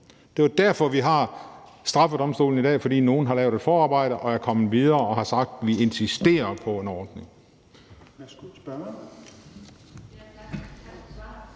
Det er jo derfor, vi har straffedomstolen i dag, altså fordi nogle har lavet et forarbejde og er kommet videre og har sagt: Vi insisterer på en ordning.